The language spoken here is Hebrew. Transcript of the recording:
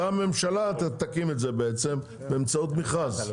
זה הממשלה תקים את זה בעצם באמצעות מכרז.